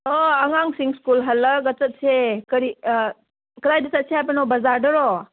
ꯑꯣ ꯑꯉꯥꯡꯁꯤꯡ ꯁ꯭ꯀꯨꯜ ꯍꯜꯂꯛꯂꯒ ꯆꯠꯁꯦ ꯀꯔꯤ ꯀꯗꯥꯏꯗ ꯆꯠꯁꯦ ꯍꯥꯏꯕꯅꯣ ꯕꯖꯥꯔꯗꯔꯣ